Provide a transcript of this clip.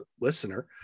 listener